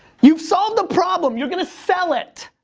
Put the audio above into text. you've solved a problem, you're gonna sell it!